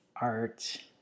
art